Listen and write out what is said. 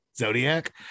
zodiac